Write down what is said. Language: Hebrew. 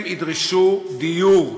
הם ידרשו דיור,